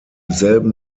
selben